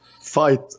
Fight